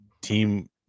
team